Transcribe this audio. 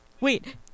wait